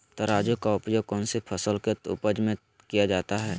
तराजू का उपयोग कौन सी फसल के उपज में किया जाता है?